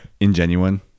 ingenuine